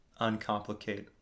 uncomplicate